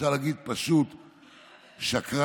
אפשר להגיד פשוט שקרן,